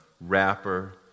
rapper